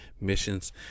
Missions